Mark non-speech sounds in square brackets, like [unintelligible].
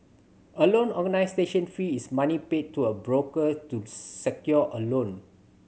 a loan [unintelligible] station fee is money paid to a broker to secure a loan